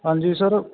ਹਾਂਜੀ ਸਰ